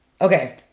okay